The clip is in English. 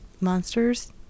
monsters